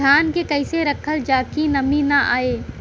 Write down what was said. धान के कइसे रखल जाकि नमी न आए?